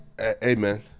Amen